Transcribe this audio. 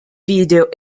video